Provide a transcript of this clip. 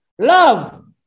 love